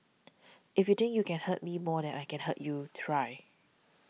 if you think you can hurt me more than I can hurt you try